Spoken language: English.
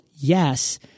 yes